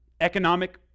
Economic